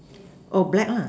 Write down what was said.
oh black lah